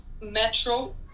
metro